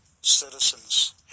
citizens